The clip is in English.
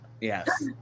yes